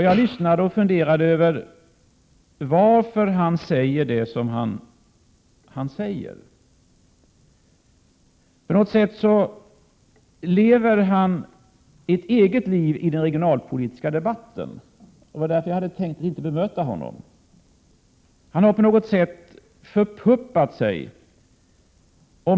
Jag lyssnade och funderade över varför han sade det som han sade. På något sätt lever Börje Hörnlund ett eget liv i den regionalpolitiska debatten, och därför hade jag inte tänkt bemöta honom. Han har på något sätt förpuppat sig.